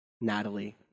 Natalie